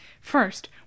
First